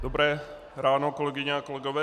Dobré ráno, kolegyně a kolegové.